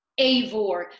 Avor